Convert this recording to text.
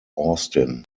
austin